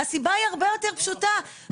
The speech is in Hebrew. הסיבה הרבה יותר פשוטה,